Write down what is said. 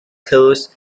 closed